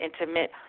intimate